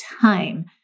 time